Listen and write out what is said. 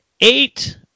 Eight